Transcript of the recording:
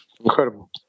Incredible